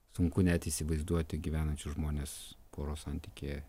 sunku net įsivaizduoti gyvenančius žmones poros santykyje